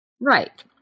Right